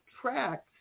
tracks